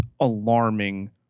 alarming